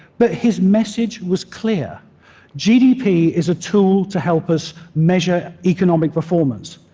but his message was clear gdp is a tool to help us measure economic performance.